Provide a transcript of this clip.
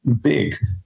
big